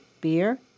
beer